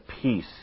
Peace